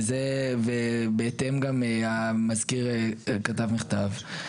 וזה גם בהתאם המזכיר כתב מכתב,